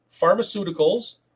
pharmaceuticals